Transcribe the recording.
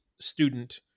student